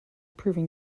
proven